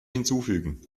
hinzufügen